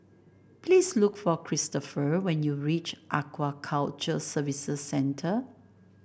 please look for Kristopher when you reach Aquaculture Services Centre